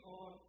on